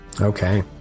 Okay